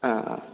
ओ ओ